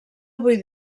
avui